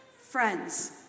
friends